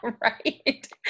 right